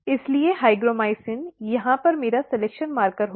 इसलिए हाइग्रोमाइसिन यहाँ पर मेरा सलिक्शन मार्कर होगा